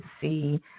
see